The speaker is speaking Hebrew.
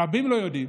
רבים לא יודעים